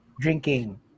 Drinking